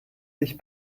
sich